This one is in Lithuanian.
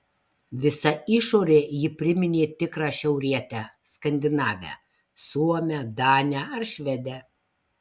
visa išore ji priminė tikrą šiaurietę skandinavę suomę danę ar švedę